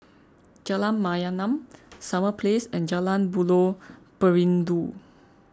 Jalan Mayaanam Summer Place and Jalan Buloh Perindu